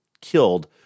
killed